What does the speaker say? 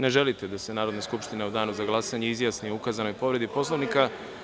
Ne želite da se Narodna skupština u danu za glasanje izjasni o ukazanoj povredi Poslovnika.